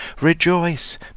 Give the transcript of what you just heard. REJOICE